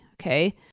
okay